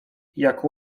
jak